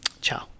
Ciao